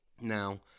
now